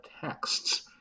texts